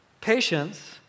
Patience